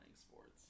sports